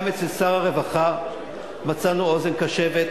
גם אצל שר הרווחה מצאנו אוזן קשבת